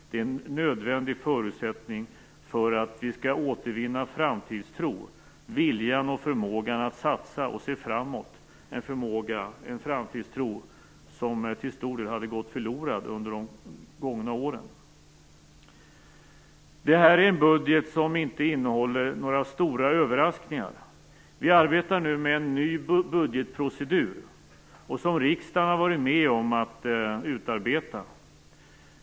Det är en nödvändig förutsättning för att vi skall återvinna framtidstro, viljan och förmågan att satsa och att se framåt, en förmåga och framtidstro som till stor del hade gått förlorad under de gångna åren. Detta är en budget som inte innehåller några stora överraskningar. Vi arbetar nu med en ny budgetprocedur som riksdagen har varit med om att utarbeta.